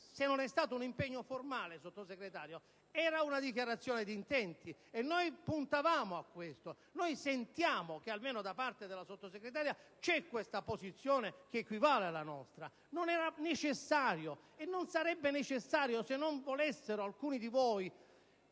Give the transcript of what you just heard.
se non è un impegno formale, signora Sottosegretario, era un dichiarazione di intenti, e noi puntavamo a questo. Noi sentiamo che almeno da parte della Sottosegretaria c'è questa posizione che equivale alla nostra; non era e non sarebbe necessario, se non lo volessero alcuni di voi,